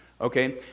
Okay